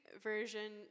version